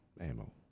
ammo